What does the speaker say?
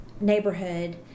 neighborhood